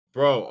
Bro